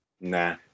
Nah